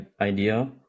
idea